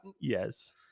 yes